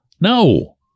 no